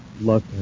Luck